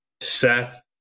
seth